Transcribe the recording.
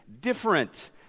Different